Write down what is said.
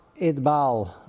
Idbal